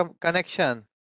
connection